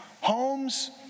Homes